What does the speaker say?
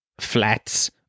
flats